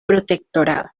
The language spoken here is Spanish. protectorado